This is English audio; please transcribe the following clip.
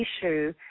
issue